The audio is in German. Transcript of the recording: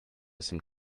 sind